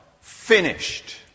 finished